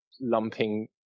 lumping